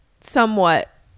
somewhat